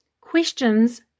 questions